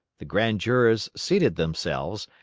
the grand jurors seated themselves,